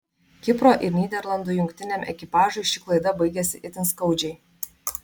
kipro ir nyderlandų jungtiniam ekipažui ši klaida baigėsi itin skaudžiai